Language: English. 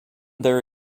there